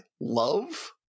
love